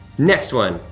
next one.